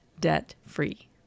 debt-free